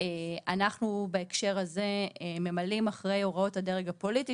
אנחנו בהקשר הזה ממלאים אחרי הוראות הדרג הפוליטי